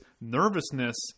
nervousness